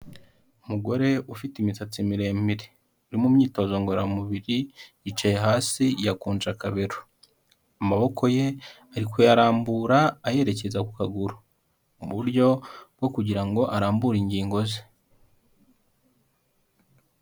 Umugore ufite imisatsi miremire uri mu imyitozo ngororamubiri, yicaye hasi yakunje akabero, amaboko ye ari kuyarambura ayerekeza ku kaguru mu buryo bwo kugira ngo arambure ingingo ze.